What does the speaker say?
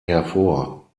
hervor